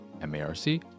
M-A-R-C